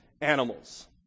animals